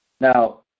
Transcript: Now